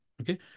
Okay